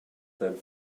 sein